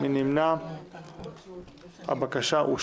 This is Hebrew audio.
ולמנוע החלת ההסדר בחוק החדש שהמדינה בכלל לא